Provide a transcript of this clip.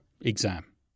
exam